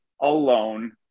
alone